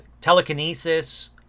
telekinesis